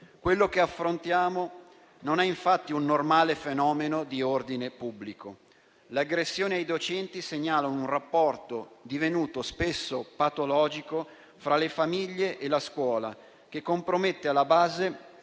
Quello che affrontiamo non è infatti un normale fenomeno di ordine pubblico; l'aggressione ai docenti segnala un rapporto, divenuto spesso patologico, fra le famiglie e la scuola che compromette alla base